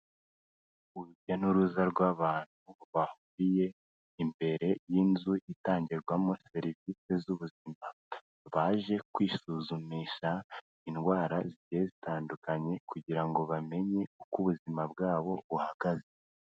Urujya n'uruza rw'abantu bahuriye imbere y'inzu itangirwamo serivise z'ubuzima, baje kwisuzumisha indwara zigiye zitandukanye kugira ngo bamenye uko ubuzima bwabo buhagaze.